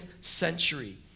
century